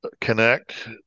connect